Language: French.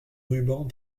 rubans